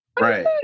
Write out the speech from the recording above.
Right